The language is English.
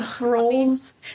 roles